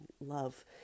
love